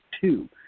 two